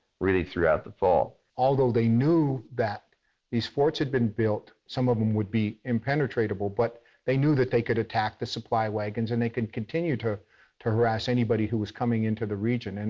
really, throughout the fall. although they knew that these forts had built, some of them would be impenetrable, but they knew that they could attack the supply wagons and they could continue to to harass anybody who was coming into the region. and